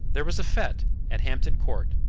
there was a fete at hampton court,